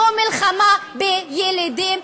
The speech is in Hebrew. זו מלחמה בילידים.